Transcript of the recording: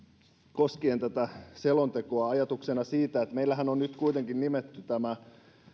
koskien tätä selontekoa ajatuksena siitä että meillähän on nyt kuitenkin nimetty tämä